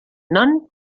non